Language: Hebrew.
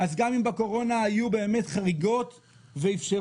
גם אם בקורונה היו באמת חריגות ואפשרו